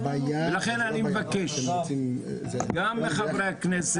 לכן אני מבקש גם מחברי הכנסת,